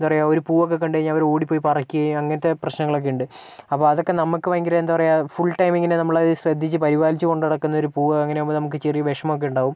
എന്താ പറയുക ഒരു പൂവൊക്കെ കണ്ടുകഴിഞ്ഞാൽ അവരോടിപ്പോയി പറിക്കുകയും അങ്ങനത്തെ പ്രശ്നങ്ങളൊക്കെയുണ്ട് അപ്പോൾ അതൊക്കെ നമുക്ക് ഭയങ്കര എന്താ പറയുക ഫുൾ ടൈം ഇങ്ങനെ നമ്മളത് ശ്രദ്ധിച്ച് പരിപാലിച്ച് കൊണ്ട് നടക്കുന്നൊരു പൂവാ അങ്ങനെയാകുമ്പം നമുക്ക് ചെറിയ ഒരു വിഷമമൊക്കെ ഉണ്ടാവും